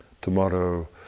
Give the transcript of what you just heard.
tomorrow